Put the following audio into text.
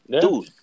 dude